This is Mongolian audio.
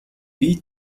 бие